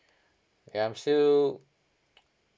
ya I'm still